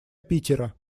питера